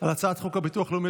על הצעת חוק הביטוח הלאומי,